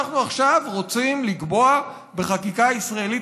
אנחנו עכשיו רוצים לקבוע בחקיקה ישראלית